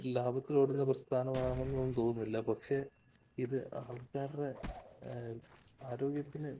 ലാഭത്തിലോടുന്ന പ്രസ്ഥാനമാണെന്നൊന്നും തോന്നുന്നില്ല പക്ഷേ ഇത് ആൾക്കാരുടെ ആരോഗ്യത്തിന്